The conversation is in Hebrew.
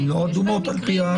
הן לא אדומות על פי ההגדרות.